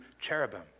cherubim